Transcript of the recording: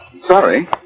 Sorry